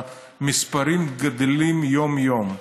המספרים גדלים יום-יום.